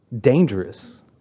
Dangerous